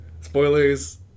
Spoilers